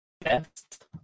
best